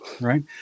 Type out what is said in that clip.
Right